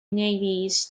navies